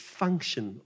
function